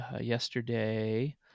yesterday